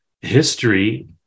history